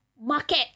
market